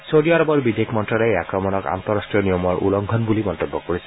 চৌদী আৰৱৰ বিদেশ মন্ত্যালয়ে এই আক্ৰমণক আন্তঃৰাষ্টীয় নিয়মৰ উলংঘন বুলি মন্তব্য কৰিছে